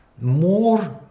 more